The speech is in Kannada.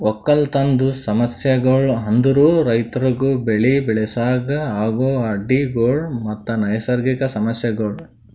ಒಕ್ಕಲತನದ್ ಸಮಸ್ಯಗೊಳ್ ಅಂದುರ್ ರೈತುರಿಗ್ ಬೆಳಿ ಬೆಳಸಾಗ್ ಆಗೋ ಅಡ್ಡಿ ಗೊಳ್ ಮತ್ತ ನೈಸರ್ಗಿಕ ಸಮಸ್ಯಗೊಳ್